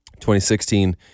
2016